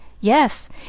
Yes